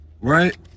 right